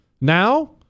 Now